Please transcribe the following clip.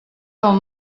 del